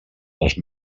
els